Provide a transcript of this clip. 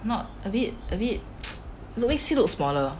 not a bit a bit look you see look smaller